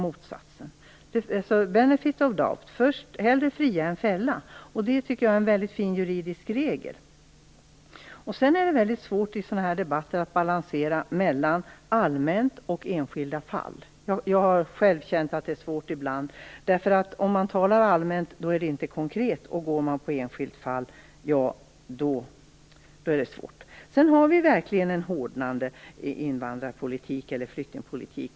Principen the benefit of doubt - hellre fria än fälla - måste gälla. Det tycker jag är en väldigt fin juridisk regel. I sådana här debatter är det väldigt svårt att balansera mellan allmänna principer och enskilda fall. Jag har själv känt att det är svårt ibland. Om man talar om något på ett allmänt sätt blir det inte konkret. Talar man om ett enskilt fall blir det också svårt. Vi har verkligen en hårdnande invandrar och flyktingpolitik.